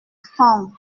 franck